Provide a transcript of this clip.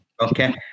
Okay